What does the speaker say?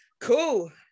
cool